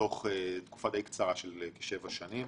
בתוך תקופה די קצרה של כשבע שנים.